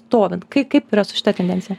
stovint kai kaip yra su šita tendencija